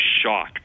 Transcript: shock